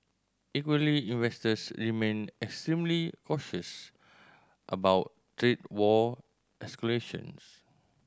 equally investors remain extremely cautious about trade war escalations